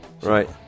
right